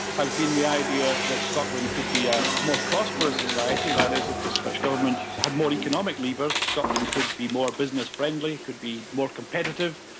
has been the idea that scotland could be a more prosperous society, that is if the scots government had more economic levers, scotland could be more business friendly, could be more competitive.